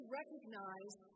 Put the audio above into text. recognize